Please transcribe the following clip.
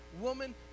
woman